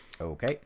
Okay